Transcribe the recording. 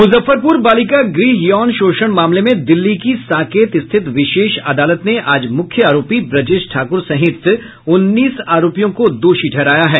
मुजफ्फरपुर बालिका गृह यौन शोषण मामले में दिल्ली की साकेत स्थित विशेष अदालत ने आज मुख्य आरोपी ब्रजेश ठाकुर सहित उन्नीस आरोपियों को दोषी ठहराया है